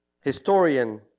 Historian